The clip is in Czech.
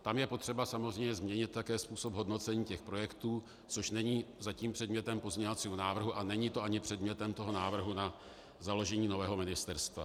Tam je potřeba změnit samozřejmě také způsob hodnocení projektů, což není zatím předmětem pozměňovacího návrhu a není to ani předmětem návrhu na založení nového ministerstva.